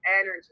energy